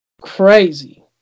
crazy